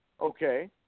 okay